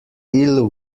ill